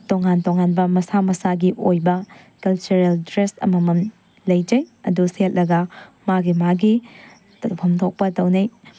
ꯇꯣꯉꯥꯟ ꯇꯣꯉꯥꯟꯕ ꯃꯁꯥ ꯃꯁꯥꯒꯤ ꯑꯣꯏꯕ ꯀꯜꯆꯔꯦꯜ ꯗ꯭ꯔꯦꯁ ꯑꯃꯃꯝ ꯂꯩꯖꯩ ꯑꯗꯨ ꯁꯦꯠꯂꯒ ꯃꯥꯒꯤ ꯃꯥꯒꯤ ꯇꯧꯐꯝ ꯊꯣꯛꯄ ꯇꯧꯅꯩ